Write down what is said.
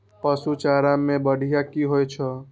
पशु चारा मैं बढ़िया की होय छै?